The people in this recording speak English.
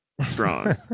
strong